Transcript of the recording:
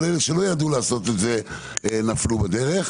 אבל אלו שלא ידעו לעשות את זה נפלו בדרך.